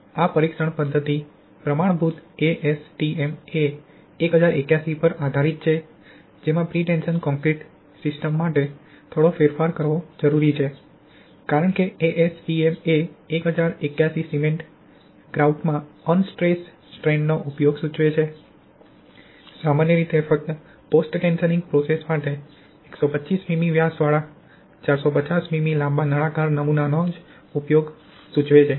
આ પરીક્ષણ પદ્ધતિ પ્રમાણભૂત એએસટીએમ એ 1081 પર આધારિત છે જેમાં પ્રીટેશન કોંક્રિટ સિસ્ટમ્સ માટે થોડો ફેરફાર કરવો જરૂરી છે કારણ કે એએસટીએમ એ 1081 સિમેન્ટ ગ્રાઉટમાં અનસ્ટ્રેસ સ્ટ્રેન્ડ નો ઉપયોગ સૂચવે છે સામાન્ય રીતે ફક્ત પોસ્ટ ટેન્શનિંગ પ્રોશેસ માટે 125 મીમી વ્યાસવાળા 450 મીમી લાંબા નળાકાર નમૂનાનો જ ઉપયોગ સૂચવે છે